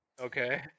Okay